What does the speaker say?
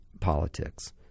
politics